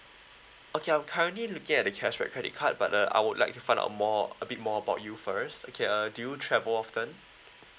okay I'm currently looking at the cashback credit card but uh I would like to find out more a bit more about you first okay uh do you travel often